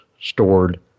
stored